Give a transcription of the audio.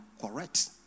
correct